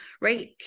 right